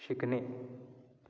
शिकणे